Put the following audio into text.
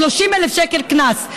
30,000 שקל קנס.